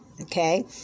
Okay